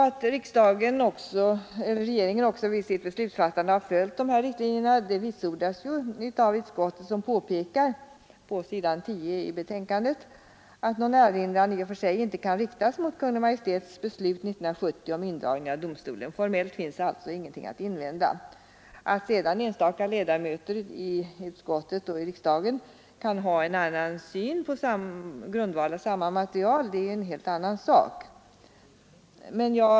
Att regeringen också vid sitt beslutsfattande har följt dessa riktlinjer vitsordas av utskottet, som på s. 10 i betänkandet påpekar att någon erinran i och för sig inte kan riktas mot Kungl. Maj:ts beslut 1970 om indragning av domstolen. Formellt finns alltså ingenting att invända. Att sedan enstaka ledamöter i utskottet och i riksdagen kan ha en annan syn på grundval av samma material är en helt annan sak.